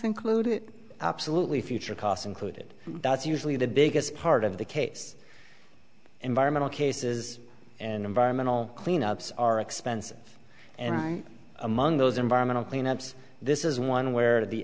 including absolutely future costs included that's usually the biggest part of the case environmental cases and environmental cleanup are expensive and among those environmental cleanup this is one where the